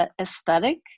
aesthetic